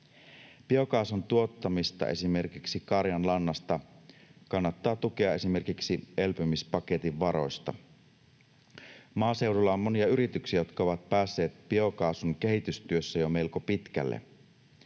Biokaasun tuottamista esimerkiksi karjanlannasta kannattaa tukea esimerkiksi elpymispaketin varoista. Maaseudulla on monia yrityksiä, jotka ovat päässeet biokaasun kehitystyössä jo melko pitkälle.